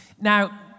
Now